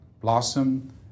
blossom